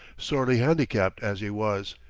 sorely handicapped as he was.